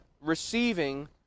receiving